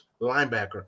linebacker